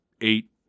eight